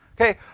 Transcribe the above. Okay